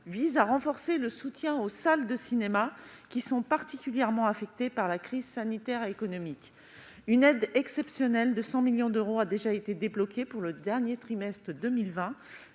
vise à renforcer le soutien aux salles de cinéma, qui sont particulièrement affectées par la crise sanitaire et économique. Une aide exceptionnelle de 100 millions d'euros a déjà été débloquée pour le dernier trimestre de 2020,